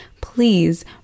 please